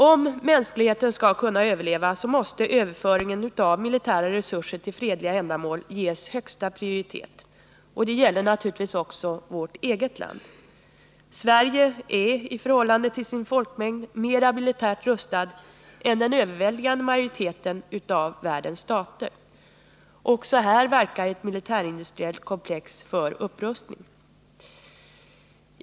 Om mänskligheten skall kunna överleva måste överföringen av militära resurser till fredliga ändamål ges högsta prioritet. Detta gäller naturligtvis också vårt eget land. Sverige är i förhållande till sin folkmängd mer militärt rustat än den överväldigande majoriteten av världens stater. Också här verkar ett militärindustriellt komplex för upprustning.